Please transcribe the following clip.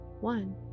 one